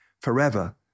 forever